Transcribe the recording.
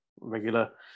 regular